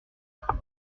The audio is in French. trois